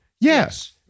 Yes